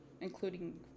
including